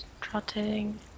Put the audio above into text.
trotting